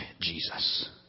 Jesus